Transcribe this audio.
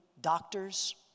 doctors